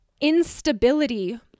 instability